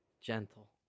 gentle